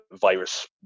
virus